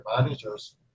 managers